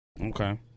Okay